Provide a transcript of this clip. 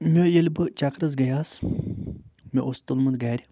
مےٚ ییٚلہِ بہٕ چکرَس گٔیوس مےٚ اوس تُلمُت گَرِ